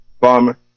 farmer